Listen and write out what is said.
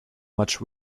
much